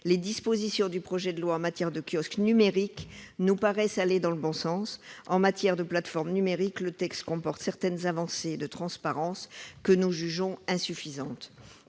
Les dispositions du projet de loi sur les kiosques numériques nous paraissent aller dans le bon sens. En matière de plateformes numériques, si le texte comporte certaines avancées en termes de transparence, nous les jugeons néanmoins insuffisantes.